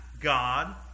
God